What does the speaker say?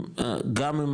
גם אם